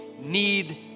need